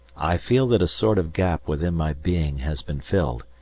i feel that a sort of gap within my being has been filled,